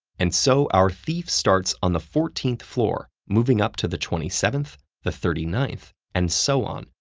and so our thief starts on the fourteenth floor, moving up to the twenty seventh, the thirty ninth, and so on,